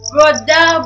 Brother